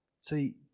See